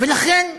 ולכן,